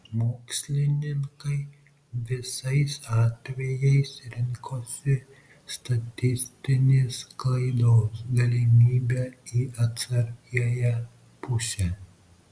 mokslininkai visais atvejais rinkosi statistinės klaidos galimybę į atsargiąją pusę